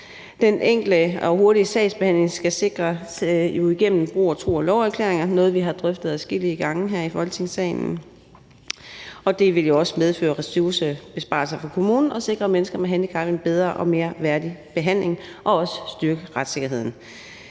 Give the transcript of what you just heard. Den enkle og hurtige sagsbehandling skal sikres igennem brug af tro og love-erklæringer, noget, som vi har drøftet adskillige gange her i Folketingssalen, og det vil jo også medføre ressourcebesparelser for kommunen og sikre mennesker med handicap en bedre og mere værdig behandling og styrke retssikkerheden.